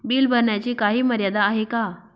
Bill भरण्याची काही मर्यादा आहे का?